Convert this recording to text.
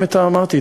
אמרתי,